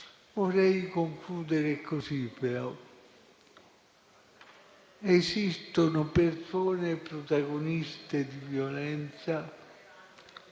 Vorrei concludere così, però. Esistono persone protagoniste di violenza,